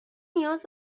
نیاز